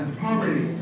poverty